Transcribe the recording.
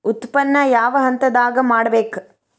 ಉತ್ಪನ್ನ ಯಾವ ಹಂತದಾಗ ಮಾಡ್ಬೇಕ್?